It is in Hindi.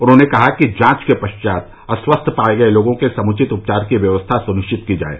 उन्होंने कहा कि जांच के पश्चात अस्वस्थ पाये गये लोगों के समुचित उपचार की व्यवस्था सुनिश्चित की जाये